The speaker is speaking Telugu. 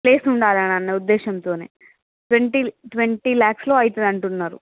ప్లేస్ ఉండాలి అని అన్న ఉద్దేశంతోనే ట్వెంటీ ట్వెంటీ లాక్స్లో అవుతుంది అంటున్నారు